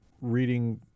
reading